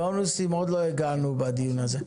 בונוסים, עוד לא הגענו בדיון הזה.